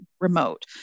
remote